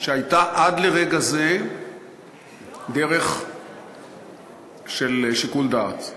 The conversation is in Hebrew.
שהייתה עד לרגע זה דרך של שיקול דעת וזהירות.